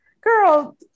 Girl